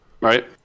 right